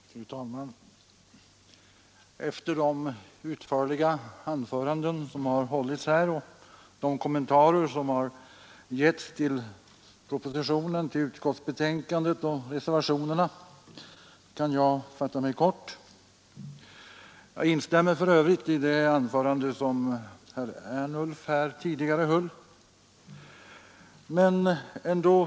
Fru talman! Efter de utförliga anföranden som har hållits här och de kommentarer som har gjorts till propositionen, utskottsbetänkandet och reservationerna kan jag fatta mig kort. Jag instämmer för övrigt i det anförande som herr Ernulf har hållit.